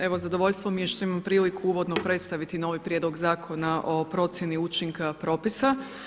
Evo zadovoljstvo mi je što imam priliku uvodno predstaviti novi Prijedlog zakona o procjeni učinka propisa.